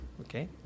Okay